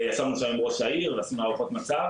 ישבנו שם עם ראש העיר ועשינו שם הערכות מצב.